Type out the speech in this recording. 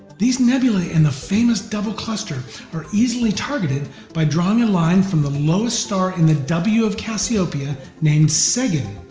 these nebulae and the famous double cluster are easily targeted by drawing a line from the lowest star in the w of cassiopeia, named segin,